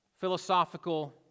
philosophical